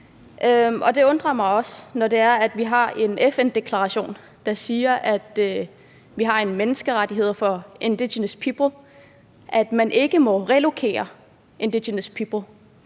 straffeattest. Og når vi har en FN-deklaration, der siger, at vi har nogle menneskerettigheder for indigenous people, undrer det mig også, at man ikke må relokere indigenous people.